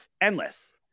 endless